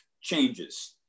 changes